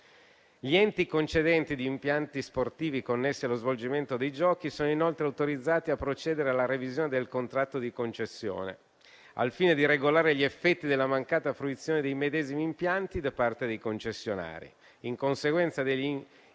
Gli enti concedenti impianti sportivi connessi allo svolgimento dei Giochi sono inoltre autorizzati a procedere alla revisione del contratto di concessione, al fine di regolare gli effetti della mancata fruizione dei medesimi impianti da parte dei concessionari, in conseguenza degli impieghi